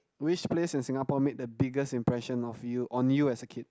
which place in Singapore made the biggest impression of you on you as a kid